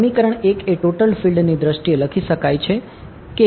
સમીકરણ 1 એ total field ની રચના છે